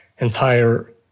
entire